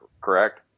correct